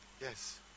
Yes